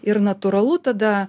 ir natūralu tada